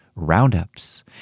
roundups